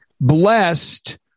blessed